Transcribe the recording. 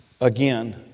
Again